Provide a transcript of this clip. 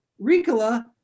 Ricola